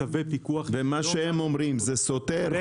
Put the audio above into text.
צווי פיקוח -- ומה שהם אומרים זה סותר?